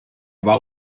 war